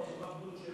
יש כבר גדוד שני.